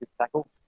Tackle